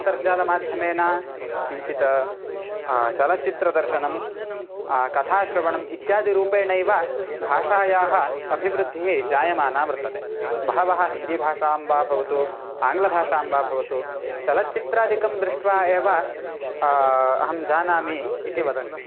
अन्तर्जालमाध्यमेन किञ्चित् चलच्चित्रदर्शनं कथाश्रवणम् इत्यादि रूपेणैव भाषायाः अभिवृद्धिः जायमाना वर्तते बहवः हिन्दिभाषां वा भवतु आङ्ग्लभाषां वा भवतु चलच्चित्रादिकं दृष्ट्वा एव अहं जानामि इति वदन्ति